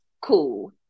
cool